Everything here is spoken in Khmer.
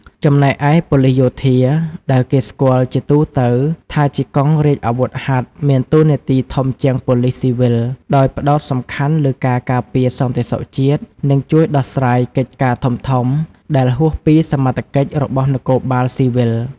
ចំណែកឯប៉ូលិសយោធា ដែលគេស្គាល់ជាទូទៅថាជាកងរាជអាវុធហត្ថ មានតួនាទីធំជាងប៉ូលិសស៊ីវិល ដោយផ្តោតសំខាន់លើការការពារសន្តិសុខជាតិ និងជួយដោះស្រាយកិច្ចការធំៗដែលហួសពីសមត្ថកិច្ចរបស់នគរបាលស៊ីវិល។